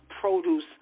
produce